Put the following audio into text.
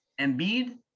Embiid